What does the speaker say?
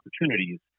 opportunities